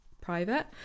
private